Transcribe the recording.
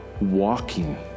walking